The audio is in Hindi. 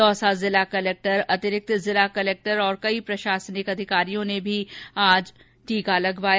दौसा जिला कलेक्टर अतिरिक्त जिला कलेक्टर और कई प्रशासनिक अधिकारियों ने भी आज टीका लगवाया